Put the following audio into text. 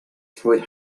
toy